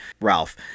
Ralph